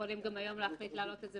יכולים להחליט גם היום להעלות את זה